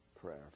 prayer